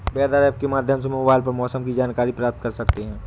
weather app के माध्यम से मोबाइल पर मौसम की जानकारी प्राप्त कर सकते हैं